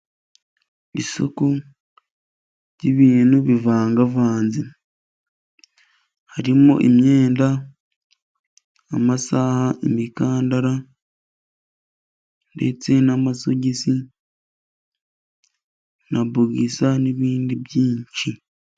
Isoko ry'ibintu bivangavanze ,harimo imyenda, amasaha, imikandara, ndetse n'amasogisi ,na bogisa ,n'ibindi byinshi.